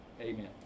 Amen